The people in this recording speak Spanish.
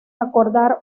acordar